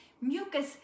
mucus